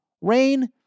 Rain